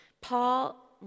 Paul